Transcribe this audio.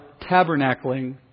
tabernacling